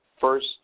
first